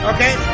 Okay